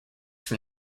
from